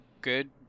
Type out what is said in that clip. good